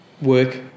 work